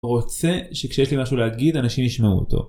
רוצה שכשיש לי משהו להגיד אנשים ישמעו אותו